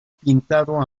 pintado